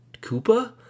Koopa